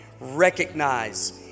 recognize